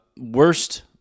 Worst